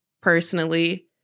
personally